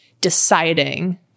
deciding